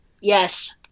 Yes